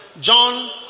John